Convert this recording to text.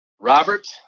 Robert